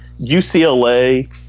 UCLA